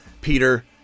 Peter